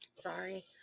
Sorry